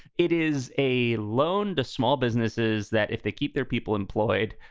it is a loan to small businesses that if they keep their people employed,